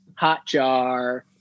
Hotjar